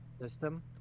system